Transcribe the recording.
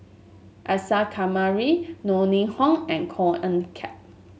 Isa Kamari Yeo Ning Hong and Koh Eng Kian